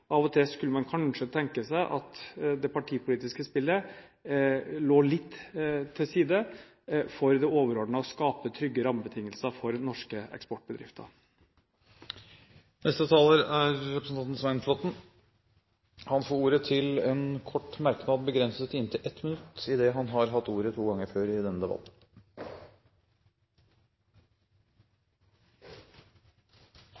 Av og til kunne man kanskje tenke seg at det partipolitiske spillet ble lagt litt til side for det overordnede: å skape trygge rammebetingelser for norske eksportbedrifter. Representanten Svein Flåtten har hatt ordet to ganger tidligere og får ordet til en kort merknad, begrenset til 1 minutt. Jeg bidrar ikke til noen omskriving av historien. Det